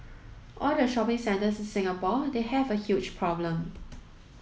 all the shopping centres in Singapore they have a huge problem